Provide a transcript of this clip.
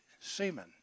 seamen